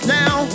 now